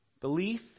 Belief